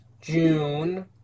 June